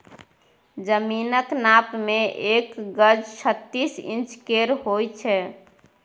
जमीनक नाप मे एक गज छत्तीस इंच केर होइ छै